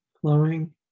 flowing